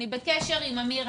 אני בקשר עם אמיר,